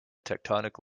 tectonic